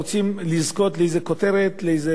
באיזו הבלטה,